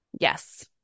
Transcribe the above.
Yes